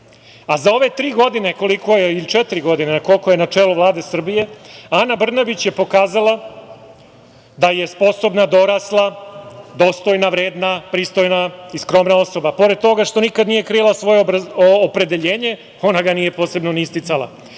Za ove tri godine ili četiri godine, koliko je na čelu Vlade Srbije, Ana Brnabić je pokazala da je sposobna, dorasla, dostojna, vredna, pristojna i skromna osoba. Pored toga što nikada nije krila svoje opredeljenje, ona ga nije posebno ni isticala. Ana